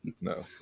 no